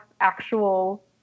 actual